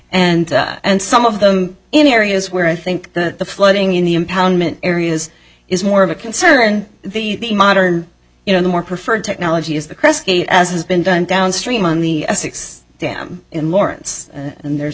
and and some of them in areas where i think that the flooding in the impoundment areas is more of a concern the modern you know the more preferred technology is the kresge as has been done downstream on the essex dam in lawrence and there's